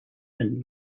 and